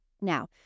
Now